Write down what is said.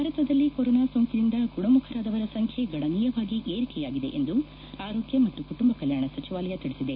ಭಾರತದಲ್ಲಿ ಕೊರೋನಾ ಸೋಂಕಿನಿಂದ ಗುಣಮುಖರಾದವರ ಸಂಖ್ನೆ ಗಣನೀಯವಾಗಿ ಏರಿಕೆಯಾಗಿದೆ ಎಂದು ಆರೋಗ್ತ ಮತ್ತು ಕುಟುಂಬ ಕಲ್ಲಾಣ ಸಚಿವಾಲಯ ತಿಳಿಸಿದೆ